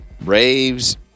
raves